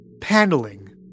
paneling